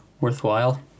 worthwhile